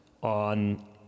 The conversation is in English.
on